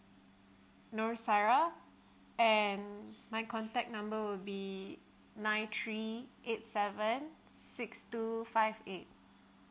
nur sarah and my contact number will be nine three eight seven six two five eight